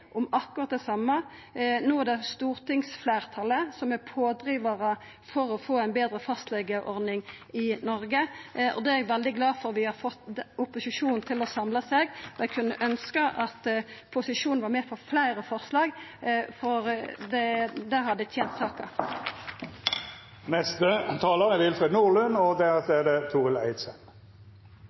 om akkurat det same. No er det stortingsfleirtalet som er pådrivarar for å få ei betre fastlegeordning i Noreg, og eg er veldig glad for at vi har fått opposisjonen til å samla seg. Eg kunne ønskja at posisjonen var med på fleire forslag, for det hadde tent saka. Mange steder har det skjedd en sentralisering av både legevakt, ambulanser og